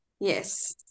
yes